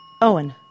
Owen